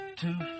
two